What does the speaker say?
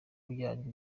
byanyu